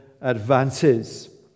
advances